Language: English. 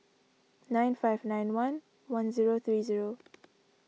nine five nine one one zero three zero